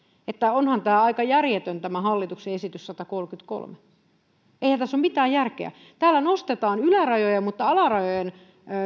että onhan tämä aika järjetön tämä hallituksen esitys sadannenkolmannenkymmenennenkolmannen eihän tässä ole mitään järkeä täällä nostetaan ylärajoja mutta alarajojen